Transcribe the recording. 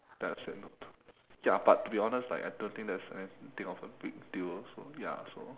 that I said no to ya but to be honest like I don't think there's anything of a big deal so ya so